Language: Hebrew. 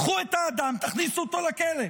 קחו את האדם, תכניסו אותו לכלא.